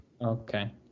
Okay